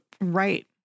Right